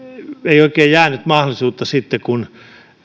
ei oikein jäänyt sitten muuta mahdollisuutta kuin